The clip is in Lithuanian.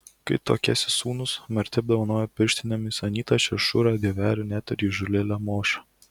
kai tuokėsi sūnus marti apdovanojo pirštinėmis anytą šešurą dieverį net ir įžūlėlę mošą